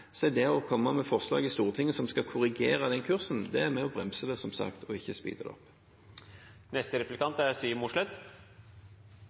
så er det å komme med forslag i Stortinget som skal korrigere den kursen, med på å bremse det, som sagt, ikke speede det opp.